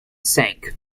sank